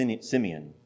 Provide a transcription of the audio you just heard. Simeon